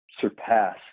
surpass